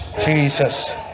jesus